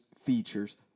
features